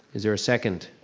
is there a second?